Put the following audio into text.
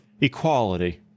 equality